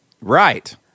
Right